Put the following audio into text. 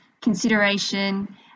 consideration